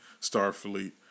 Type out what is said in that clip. Starfleet